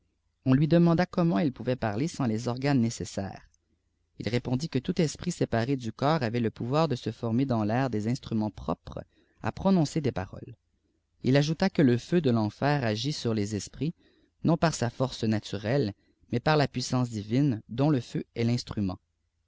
on lui demanda comment il pouvait parler sans les oiganes nécessaires il répondit que tout esprit séparé du corps avait le pouvoir de se former dans l'air des instruments propres à prononcer des paroles il ajouta que le feu de l'enfer agit sur les esprits non par sa force naturelle mais par la puissance divine dont le féu est l'instrument